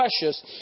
precious